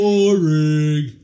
Boring